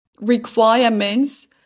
requirements